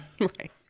Right